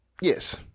Yes